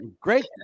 Great